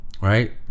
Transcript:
right